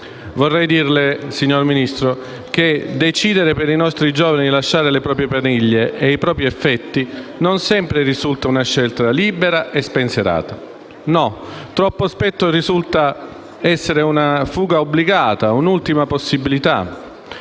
Vorrei dirle, signor Ministro, che decidere per i nostri giovani di lasciare le proprie famiglie e i propri affetti, non sempre risulta una scelta libera e spensierata. No, troppo spesso risulta essere una fuga obbligata, un'ultima possibilità.